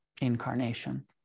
incarnation